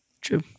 True